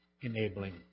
enabling